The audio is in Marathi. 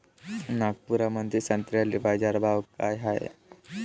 नागपुरामंदी संत्र्याले बाजारभाव काय हाय?